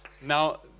Now